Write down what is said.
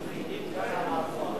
הייתי רוצה לתת לכולם,